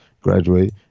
graduate